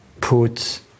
put